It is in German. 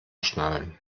schnallen